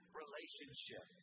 relationship